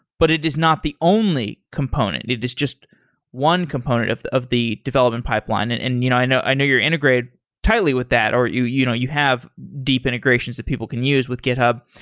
but it is not the only component. it is just one component of of the development pipeline. and and you know i know i know you're integrated tightly with that or you you know you have deep integrations that people can use with github.